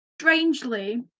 Strangely